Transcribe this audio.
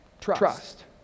trust